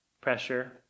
pressure